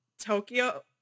Tokyo